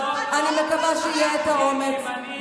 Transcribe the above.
ואני עשיתי את השינוי הזה ונדרש אומץ,